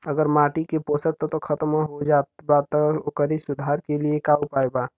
अगर माटी के पोषक तत्व खत्म हो जात बा त ओकरे सुधार के लिए का उपाय बा?